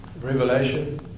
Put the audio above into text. Revelation